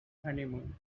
honeymoon